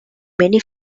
many